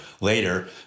later